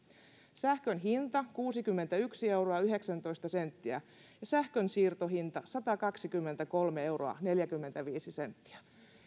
sähkön hinta kuusikymmentäyksi euroa yhdeksäntoista senttiä ja sähkön siirtohinta satakaksikymmentäkolme euroa neljäkymmentäviisi senttiä